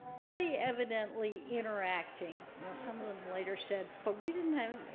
pretty evidently interacting, you know, some of them later said, but we didn't have